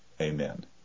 amen